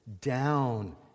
Down